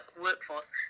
workforce